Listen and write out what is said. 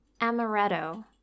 amaretto